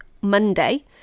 Monday